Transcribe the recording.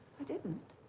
i didn't.